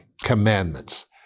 commandments